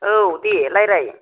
औ दे रायज्लाय